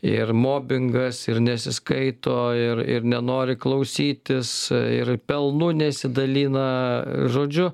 ir mobingas ir nesiskaito ir ir nenori klausytis ir pelnu nesidalina žodžiu